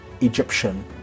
Egyptian